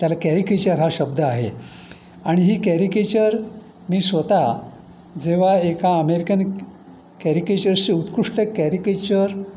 त्याला कॅरिकेचर हा शब्द आहे आणि ही कॅरिकेचर मी स्वतः जेव्हा एका अमेरिकन कॅरिकेचरशी उत्कृष्ट कॅरिकेचर